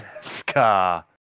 Scar